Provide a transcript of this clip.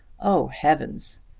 oh, heavens!